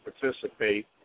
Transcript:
participate